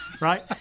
right